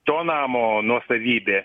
to namo nuosavybė